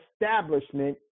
establishment